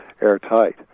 airtight